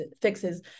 fixes